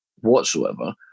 whatsoever